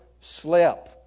slip